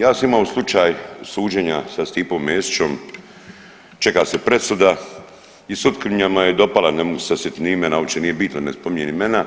Ja sam imao slučaj suđenja sa Stipom Mesićom čeka se presuda o sutkinjama je dopala, ne mogu se sad sitit imena uopće nije bitno ne spominjem imena,